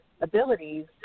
abilities